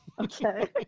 okay